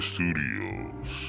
Studios